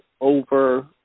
over